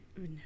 No